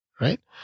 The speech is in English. Right